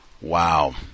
Wow